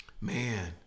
Man